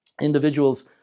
individuals